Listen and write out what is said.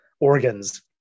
organs